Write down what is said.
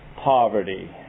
poverty